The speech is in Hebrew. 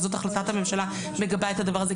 וזאת החלטת הממשלה שמגבה את הדבר הזה,